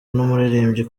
n’umuririmbyi